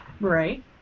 Right